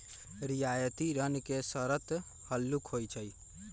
रियायती ऋण के शरत हल्लुक होइ छइ